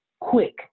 quick